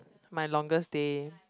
my longest day